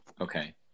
Okay